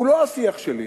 הוא לא השיח שלי.